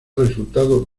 resultado